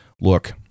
Look